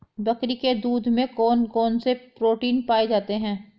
बकरी के दूध में कौन कौनसे प्रोटीन पाए जाते हैं?